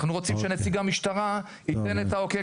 אנחנו רוצים שנציג המשטרה ייתן את האוקיי